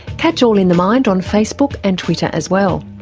catch all in the mind on facebook and twitter as well.